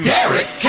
Derek